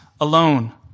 alone